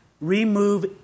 remove